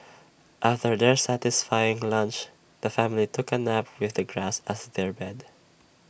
after their satisfying lunch the family took A nap with the grass as their bed